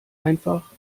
einfach